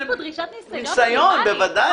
יש פה דרישת ניסיון מינימלית,